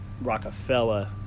Rockefeller